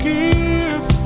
Give